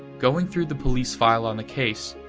going through the police file on the case,